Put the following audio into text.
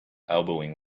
elbowing